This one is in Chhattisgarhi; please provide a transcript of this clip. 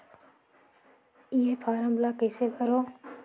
ये फारम ला कइसे भरो?